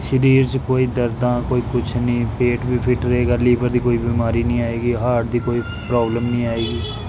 ਸਰੀਰ 'ਚ ਕੋਈ ਦਰਦਾਂ ਕੋਈ ਕੁਛ ਨਹੀਂ ਪੇਟ ਵੀ ਫਿੱਟ ਰਹੇਗਾ ਲੀਵਰ ਦੀ ਕੋਈ ਬਿਮਾਰੀ ਨਹੀਂ ਆਵੇਗੀ ਹਾਰਟ ਦੀ ਕੋਈ ਪ੍ਰੋਬਲਮ ਨਹੀਂ ਆਵੇਗੀ